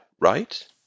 right